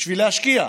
בשביל להשקיע.